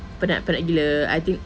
penat penat gila I think